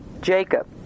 Jacob